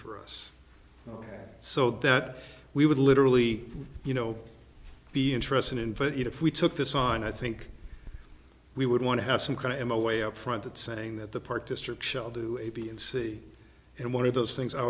us so that we would literally you know be interested in but if we took this on i think we would want to have some kind of emma way up front that saying that the park district shall do a b and c and one of those things i